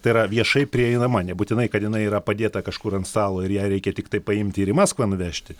tai yra viešai prieinama nebūtinai kad jinai yra padėta kažkur ant stalo ir ją reikia tiktai paimti ir į maskvą nuvežti